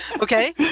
Okay